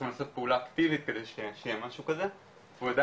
היינו צריכים לעשות פעולה אקטיבית כדי שיהיה משהו